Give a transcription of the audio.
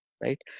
right